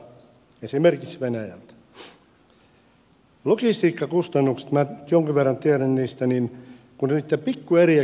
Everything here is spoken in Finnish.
logistiikkakustannukset minä jonkin verran tiedän niistä kasvavat kun niitä pikkueriä kerätään maaseudulta